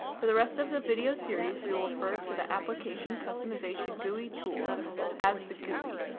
for the rest of the video series, we will offer to the application customization gui tool as the gui.